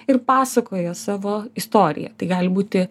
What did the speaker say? ir pasakoja savo istoriją tai gali būti